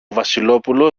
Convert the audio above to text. βασιλόπουλο